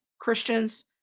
Christians